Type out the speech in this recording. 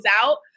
out